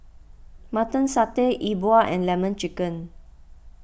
Mutton Satay E Bua and Lemon Chicken